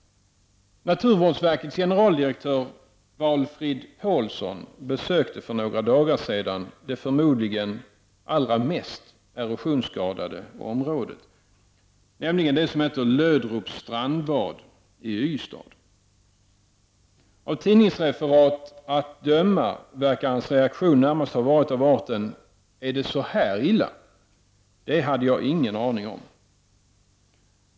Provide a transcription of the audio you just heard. Naturvårdsverkets generaldirektör Valfrid Paulsson besökte för några dagar sedan det förmodligen allra mest erosionsskadade området, nämligen Löderups strandbad i Ystad. Av tidningsreferat att döma verkar hans reaktion närmast varit av arten: Är det så här illa — det hade jag ingen aning om!